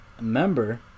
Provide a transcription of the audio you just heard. member